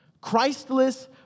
Christless